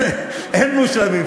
אין מושלמים.